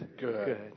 good